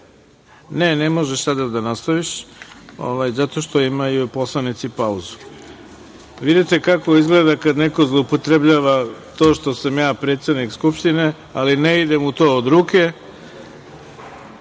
ne možeš sada da nastaviš, zato što imaju poslanici pauzu. Vidite kako izgleda kad neko zloupotrebljava to što sam ja predsednik Skupštine, ali ne ide mu to od ruke. Samo